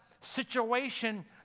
situation